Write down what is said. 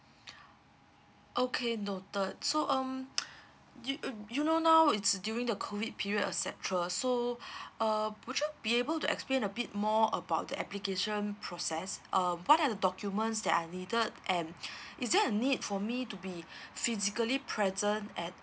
okay noted so um do~ you know now it's during the COVID period et cetera so uh would you be able to explain a bit more about the application process uh what are the documents that I needed and is there a need for me to be physically present at